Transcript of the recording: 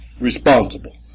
responsible